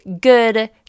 good